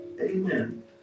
Amen